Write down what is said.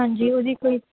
ਹਾਂਜੀ ਉਹਦੀ ਕੋਈ